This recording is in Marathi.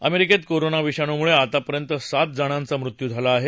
अमेरिकेत कोरोना विषाणूमुळे आतापर्यंत सात जणांचा मृत्यू झाला आहे